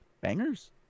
Bangers